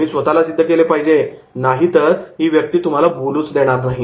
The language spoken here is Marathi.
तुम्ही स्वतःला सिद्ध केले पाहिजे नाहीतर ती व्यक्ती तुम्हाला बोलून देणार नाही